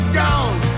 gone